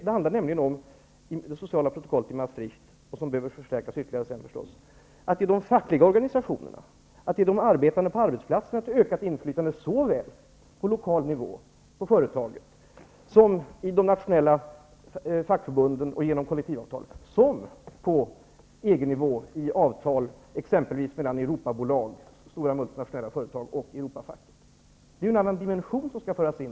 Det handlar nämligen om det sociala protokollet i Maastricht, som behöver förstärkas ytterligare. Det gäller att ge de fackliga organisationerna och arbetarna på arbetsplatserna ett ökat inflytande på lokal nivå i företaget, i de nationella fackförbunden och genom kollektivavtal och på EG-nivå i avtal mellan exempelvis Europabolag, stora multinationella företag, och Europafack. Det är en annan dimension som skall föras in.